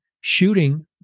shooting